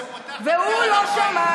אפס שפותח, והוא לא שמע,